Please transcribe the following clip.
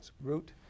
root